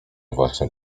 właśnie